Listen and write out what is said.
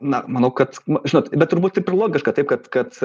na manau kad žinot bet turbūt logiška taip kad kad